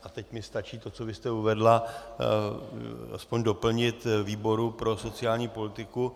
A teď mi stačí to, co vy jste uvedla, alespoň doplnit výboru pro sociální politiku.